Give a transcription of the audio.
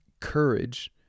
courage